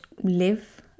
live